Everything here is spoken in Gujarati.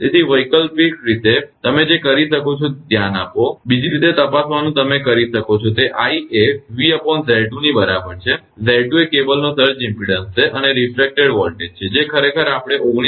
તેથી વૈકલ્પિક રીતે તમે જે કરી શકો છો તે ધ્યાન આપો બીજી રીતે તપાસવાનું તમે કરી શકો છો તે i એ 𝑣𝑍2 ની બરાબર છે 𝑍2 કેબલનો સર્જ ઇમપેડન્સ છે અને રીફ્રેકટેડ વોલ્ટેજ છે જે ખરેખર આપણે 19